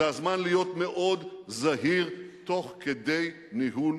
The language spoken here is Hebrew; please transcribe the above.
זה הזמן להיות מאוד זהיר תוך כדי ניהול